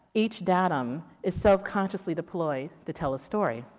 each datum is self-consciously employed to tell a story.